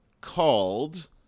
called